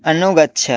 अनुगच्छ